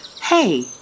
Hey